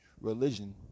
religion